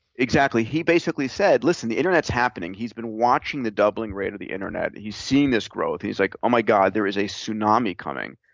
exactly, he basically said, listen, the internet's happening. he's been watching the doubling rate of the internet, he's seeing this growth, and he's like, oh, my god, there is a tsunami coming.